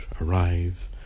arrive